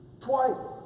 twice